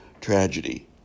tragedy